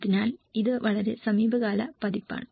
അതിനാൽ ഇത് വളരെ സമീപകാല പതിപ്പാണ്